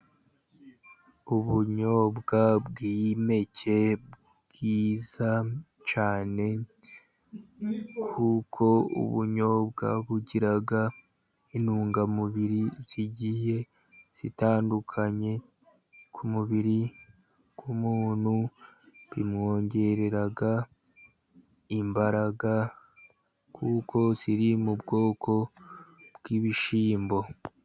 Ubunyobwa bw 'impeke bwiza cyane kuko ubunyobwa bugira intungamubiri zigiye zitandukanye, ku mubiri w'umuntu bumwongereraga imbaraga, kuko buri mu bwoko bw'ibishyimbo.